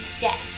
debt